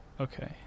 Okay